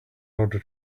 order